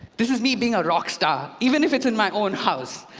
this is me being a rock star, even if it's in my own house.